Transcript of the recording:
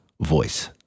voice